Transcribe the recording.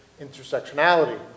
intersectionality